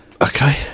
okay